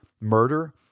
murder